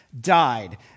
died